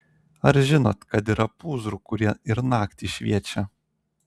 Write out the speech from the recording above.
ar žinot kad yra pūzrų kurie ir naktį šviečia